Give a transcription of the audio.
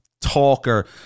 Talker